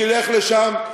תלך לשם,